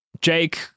Jake